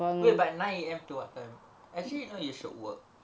wait but nine A_M to what time actually you know you should work